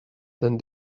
than